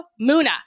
Muna